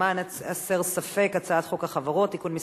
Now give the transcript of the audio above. למען הסר ספק, הצעת חוק החברות (תיקון מס'